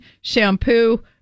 shampoo